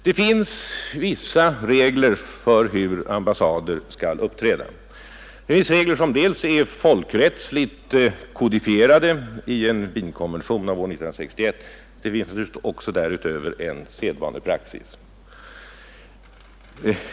Det finns vissa regler för hur ambassader skall uppträda. Det finns regler som är folkrättsligt kodifierade i en Wienkonvention av år 1961, och därutöver förekommer också en sedvanepraxis.